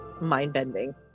mind-bending